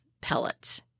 pellets